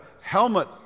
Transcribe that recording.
helmet